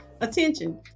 attention